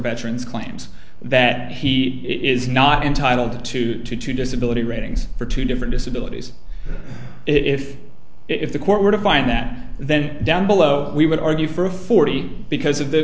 veterans claims that he is not entitled to two disability ratings for two different disabilities if if the court were to find that then down below we would argue for a forty because of the